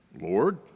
Lord